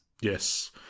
Yes